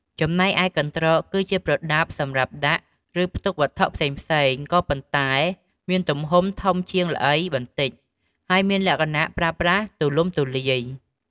ចំណែកឯ កន្រ្តក គឺជាប្រដាប់សម្រាប់ដាក់ ឬផ្ទុកវត្ថុផ្សេងៗ ក៏ប៉ុន្តែមានទំហំធំជាងល្អីបន្តិច ហើយមានលក្ខណៈប្រើប្រាស់ទូលំទូលាយ។